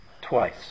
twice